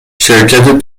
شرکت